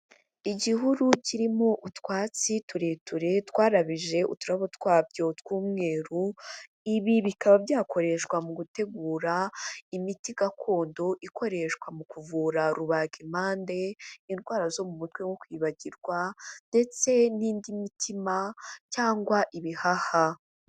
Igihuru kirimo utwatsi tureture twarabije uturabo twabyo tw'umweru, ibi bikaba byakoreshwa mu gutegura imiti gakondo ikoreshwa mu kuvura rubaga impande, indwara zo mu mutwe wo kwibagirwa ndetse n'indi mitima cyangwa ibihaha.